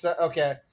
okay